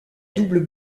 doubles